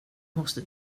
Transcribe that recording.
måste